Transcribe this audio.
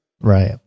Right